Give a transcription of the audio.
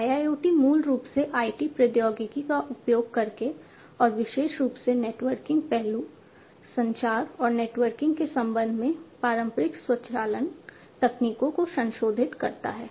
IIoT मूल रूप से IT प्रौद्योगिकी का उपयोग करके और विशेष रूप से नेटवर्किंग पहलू संचार और नेटवर्किंग के संबंध में पारंपरिक स्वचालन तकनीकों को संशोधित करता है